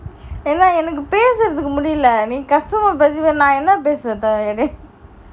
என்ன என்னக்கு பேசுறதுக்கு மூடியுள்ள நீ கஷ்டமா நான் என்னத்த பேசுறது:enna ennaku peasurathuku mudiyula nee kastama naan ennatha peasurathu